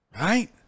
Right